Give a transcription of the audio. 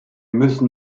müssen